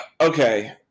Okay